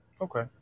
Okay